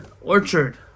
orchard